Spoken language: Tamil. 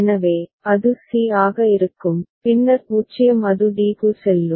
எனவே அது c ஆக இருக்கும் பின்னர் 0 அது d க்கு செல்லும்